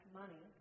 money